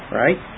right